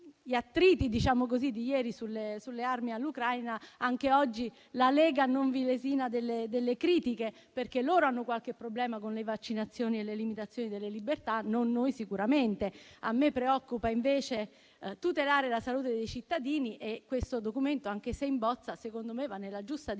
gli attriti di ieri sulle armi all'Ucraina, anche oggi la Lega non vi lesina delle critiche, perché loro hanno qualche problema con le vaccinazioni e le limitazioni delle libertà. Sicuramente non le abbiamo noi. A me preoccupa invece tutelare la salute dei cittadini e questo documento, anche se in bozza, secondo me va nella giusta direzione.